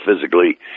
physically